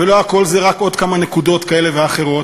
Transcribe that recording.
ולא הכול זה רק עוד כמה נקודות כאלה ואחרות,